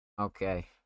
Okay